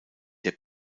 der